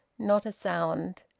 not a sound!